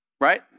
Right